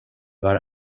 var